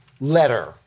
letter